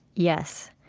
yes.